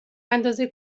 اندازه